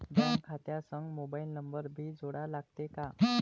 Bank खात्या संग mobile number भी जोडा लागते काय?